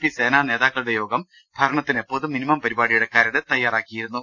P സേനാ നേതാക്കളുടെ യോഗം ഭര ണത്തിന് പൊതുമിനിമം പരിപാടിയുടെ കരട്ട് തയ്യാറാക്കിയിരുന്നു